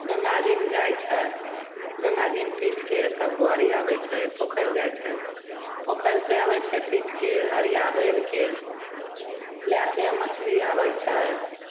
गंगा जीमे जाय छै गंगा जीमे पीटके तब घर आबय छै पोखरि जाइ छै पोखरिसँ आबय छै पीटके हरिया भरिके लएके मछली आबय छै